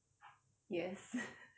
yes